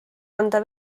anda